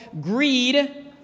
greed